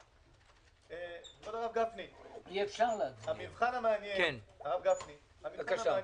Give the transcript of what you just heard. כבוד הרב גפני, המבחן המעניין הוא,